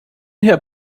herr